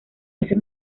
ese